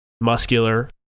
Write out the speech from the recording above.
muscular